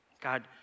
God